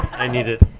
i need it.